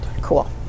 Cool